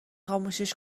خاموشش